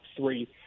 three